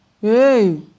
Hey